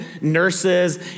nurses